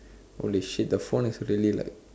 holy shit the phone is really like